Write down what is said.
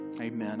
Amen